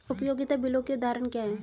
उपयोगिता बिलों के उदाहरण क्या हैं?